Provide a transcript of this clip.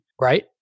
right